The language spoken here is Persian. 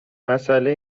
مساله